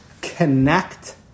connect